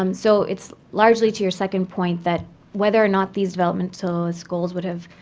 um so it's largely to your second point, that whether or not these developmentalist goals would have